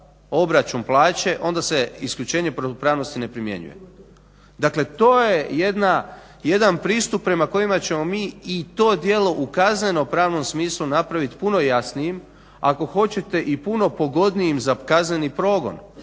obračun plaće onda se isključenje protupravnosti ne primjenjuje. Dakle, to je jedan pristup prema kojemu ćemo mi i to djelo u kazneno-pravnom smislu napraviti puno jasnijim, ako hoćete i puno pogodnijim za kazneni progon.